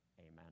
amen